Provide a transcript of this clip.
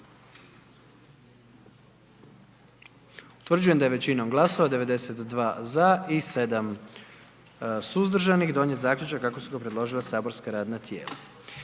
Utvrđujem da je većinom glasova 93 za i 1 suzdržani donijet zaključak kako ga je predložilo matično saborsko radno tijelo.